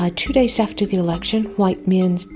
ah two days after the election white men,